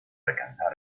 alcanzar